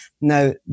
Now